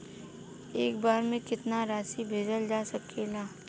एक बार में केतना राशि भेजल जा सकेला?